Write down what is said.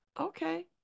Okay